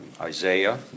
Isaiah